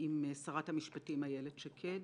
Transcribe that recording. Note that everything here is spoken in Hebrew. עם שרת המשפטים איילת שקד,